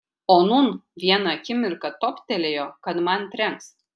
o nūn vieną akimirką toptelėjo kad man trenks